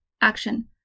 Action